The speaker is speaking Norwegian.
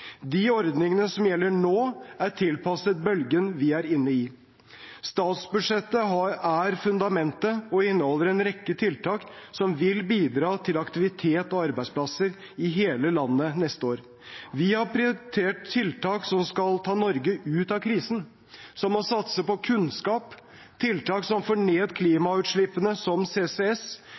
De ordningene som gjelder nå, er tilpasset bølgen vi er inne i. Statsbudsjettet er fundamentet og inneholder en rekke tiltak som vil bidra til aktivitet og arbeidsplasser i hele landet neste år. Vi har prioritert tiltak som skal ta Norge ut av krisen, som å satse på kunnskap, tiltak som får ned klimagassutslippene, som CCS,